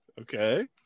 Okay